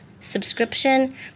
subscription